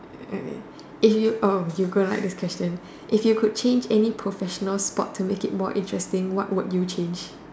eh you orh you gonna like this question if you could change any professional sport to make it more interesting what would you change